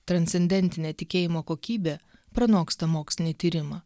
transcendentinė tikėjimo kokybė pranoksta mokslinį tyrimą